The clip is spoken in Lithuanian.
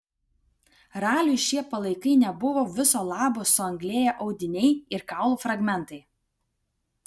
raliui šie palaikai nebuvo viso labo suanglėję audiniai ir kaulų fragmentai